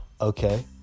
Okay